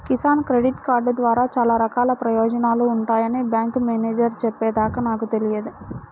Kisan credit card ద్వారా చాలా రకాల ప్రయోజనాలు ఉంటాయని బ్యాంకు మేనేజేరు చెప్పే దాకా నాకు తెలియదు